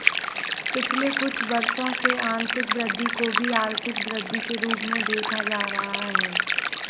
पिछले कुछ वर्षों से आंशिक वृद्धि को भी आर्थिक वृद्धि के रूप में देखा जा रहा है